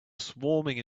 swarming